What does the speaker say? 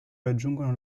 raggiungono